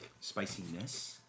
spiciness